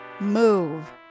move